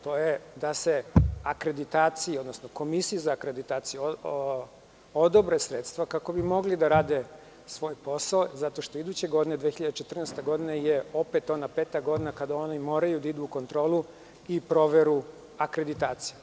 To je da se Komisiji za akreditaciju odobre sredstva kako bi mogli da rade svoj posao, zato što iduće godine 2014. godine, je opet ona peta godina kada oni moraju da idu u kontrolu i proveru akreditacije.